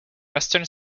western